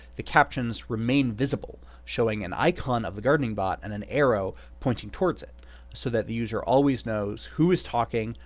the captions remain visible, showing an icon of the gardening bot and an arrow pointing towards it so that the user always knows who is talking,